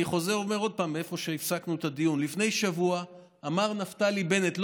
אני חוזר ואומר שוב מהמקום שהפסקנו את הדיון: לפני שבוע נפתלי בנט אמר,